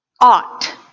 Ought